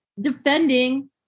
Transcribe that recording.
defending